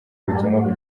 ubutumwa